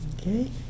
Okay